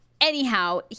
anyhow